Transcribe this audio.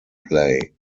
play